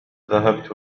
ذهبت